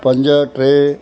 पंज टे